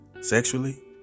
sexually